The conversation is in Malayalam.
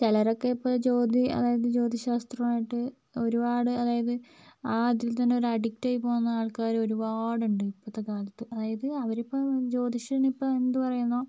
ചിലരൊക്കെ ഇപ്പോൾ ജ്യോതി അതായത് ജ്യോതിശാസ്ത്രമായിട്ട് ഒരുപാട് അതായത് ആ ഇതിൽ തന്നെ ഒര് അഡിക്റ്റായി പോവുന്ന ആൾക്കാര് ഒരുപാടുണ്ട് ഇപ്പഴത്തെ കാലത്ത് അതായത് അവരിപ്പോൾ ജ്യോതിഷൻ ഇപ്പോൾ എന്ത് പറയുന്നോ